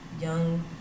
young